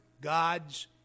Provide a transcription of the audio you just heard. God's